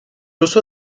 uso